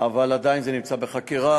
אבל עדיין זה נמצא בחקירה,